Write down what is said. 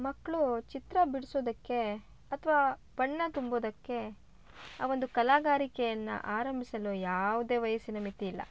ಮಕ್ಕಳು ಚಿತ್ರ ಬಿಡ್ಸೋದಕ್ಕೇ ಅಥ್ವಾ ಬಣ್ಣ ತುಂಬೋದಕ್ಕೆ ಆ ಒಂದು ಕಲಾಗಾರಿಕೆಯನ್ನು ಆರಂಭಿಸಲು ಯಾವುದೇ ವಯಸ್ಸಿನ ಮಿತಿ ಇಲ್ಲ